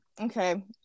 okay